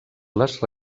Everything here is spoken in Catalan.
les